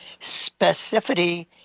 specificity